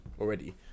already